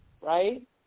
right